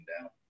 down